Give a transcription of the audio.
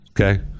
Okay